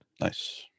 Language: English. Nice